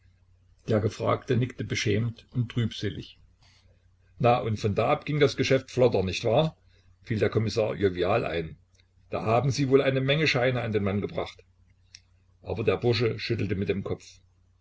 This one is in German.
der gefragte nickte beschämt und trübselig na und von da ab ging das geschäft flotter nicht wahr fiel der kommissar jovial ein da haben sie wohl eine menge scheine an den mann gebracht aber der bursche schüttelte mit dem kopf